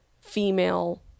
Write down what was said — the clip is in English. female